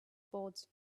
boards